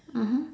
mmhmm